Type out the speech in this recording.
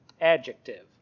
adjective